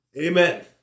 Amen